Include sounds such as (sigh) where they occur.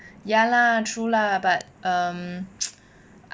ya lah true lah but um (noise)